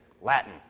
Latin